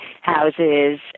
houses